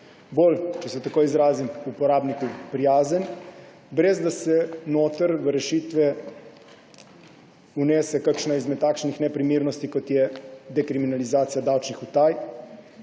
bolj, če se tako izrazim, uporabniku prijazen, brez da se v rešitve vnese kakšna izmed takšnih neprimernosti, kot sta dekriminalizacija davčnih utaj